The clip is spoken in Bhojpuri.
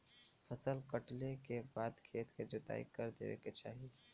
फसल कटले के बाद खेत क जोताई कर देवे के चाही